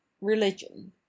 religion